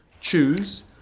choose